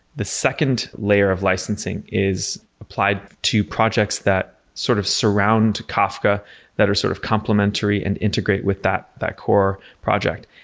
the second layer of licensing is applied to projects that sort of surround kafka that are sort of complementary and integrate with that that core project.